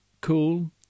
cool